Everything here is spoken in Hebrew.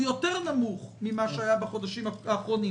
הוא נמוך יותר מאשר היה בחודשים האחרונים.